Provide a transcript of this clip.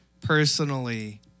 personally